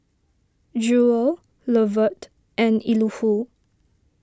Jewel Lovett and Elihu